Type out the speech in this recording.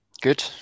Good